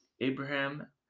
Abraham